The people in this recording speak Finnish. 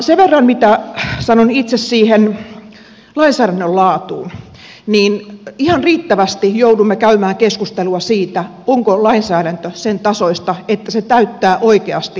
sen verran sanon itse siihen lainsäädännön laatuun että ihan riittävästi joudumme käymään keskustelua siitä onko lainsäädäntö sen tasoista että se täyttää oikeasti hyvän lainsäädännön perusteet